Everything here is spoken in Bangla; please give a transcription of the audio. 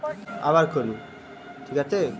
মাকড়সা প্রাণীর বোনাজালে এক ধরনের প্রোটিন থাকে